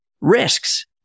risks